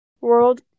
World